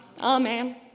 Amen